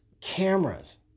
cameras